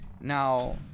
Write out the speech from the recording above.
Now